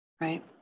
Right